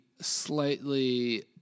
slightly